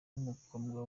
n’umukobwa